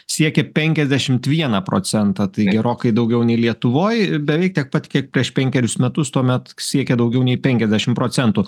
siekia penkiasdešimt vieną procentą tai gerokai daugiau nei lietuvoj beveik tiek pat kiek prieš penkerius metus tuomet siekė daugiau nei penkiasdešim procentų